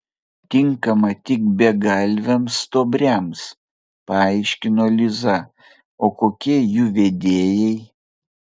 tinkama tik begalviams stuobriams paaiškino liza o kokie jų vedėjai